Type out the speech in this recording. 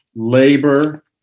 Labor